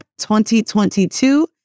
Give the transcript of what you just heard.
2022